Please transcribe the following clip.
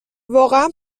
واقعا